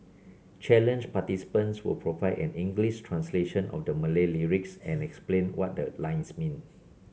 challenge participants will provide an English translation of the Malay lyrics and explain what the lines mean